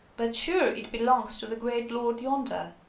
but sure it belongs to the great lord yonder.